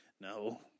No